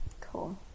Cool